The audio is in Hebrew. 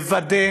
לוודא